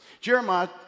Jeremiah